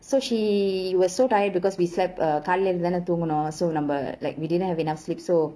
so she was so tired because we slept uh காலைல இருந்து தானே தூங்கினோம்:kaalaila irunthu thaane thoonginom like we didn't have enough sleep so